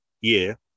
year